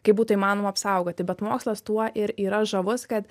kaip būtų įmanoma apsaugoti bet mokslas tuo ir yra žavus kad